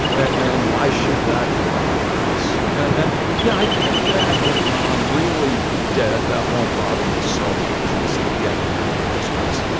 and why should that bother us? and yeah, i think when i'm really dead, that won't bother me so much. it's the getting there in the first place